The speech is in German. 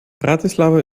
bratislava